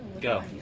Go